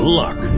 luck